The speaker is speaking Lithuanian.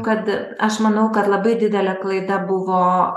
kad aš manau kad labai didelė klaida buvo